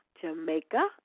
Jamaica